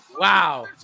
Wow